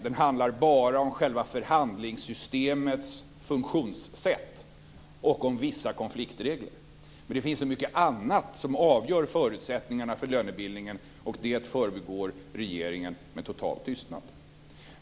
Den handlar bara om själva förhandlingssystemets funktionssätt och om vissa konfliktregler. Men det finns så mycket annat som avgör förutsättningarna för lönebildningen, och det förbigår regeringen med total tystnad.